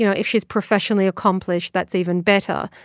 you know if she's professionally accomplished, that's even better.